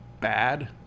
bad